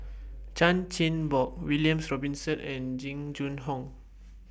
Chan Chin Bock William Robinson and Jing Jun Hong